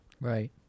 Right